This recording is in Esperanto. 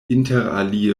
interalie